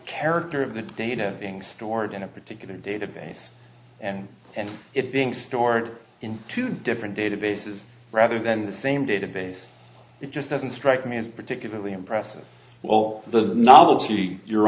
character of the data being stored in a particular database and and it being stored in two different databases rather than the same database it just doesn't strike me as particularly impressive will the novelty your